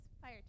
fire